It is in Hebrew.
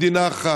מדינה אחת.